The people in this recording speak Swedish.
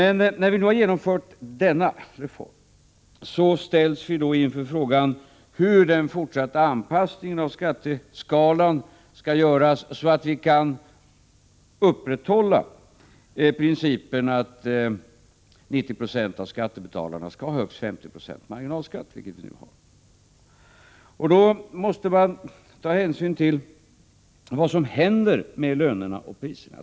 Men när vi nu har genomfört denna reform ställs vi inför frågan hur den fortsatta anpassningen av skatteskalorna skall göras, så att vi kan upprätthålla principen att 90 90 av skattebetalarna skall ha högst 50 26 marginalskatt, vilket de nu har. Då måste man ta hänsyn till vad som händer med lönerna och priserna.